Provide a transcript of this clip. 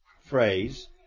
phrase